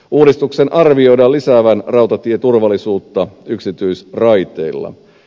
uudistuksen arvioidaan lisäävän rautatieturvallisuutta yksityisraiteilla